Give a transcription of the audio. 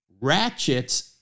ratchets